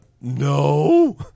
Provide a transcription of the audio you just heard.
No